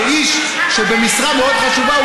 איש במשרה מאוד חשובה.